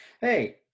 Hey